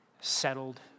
Settled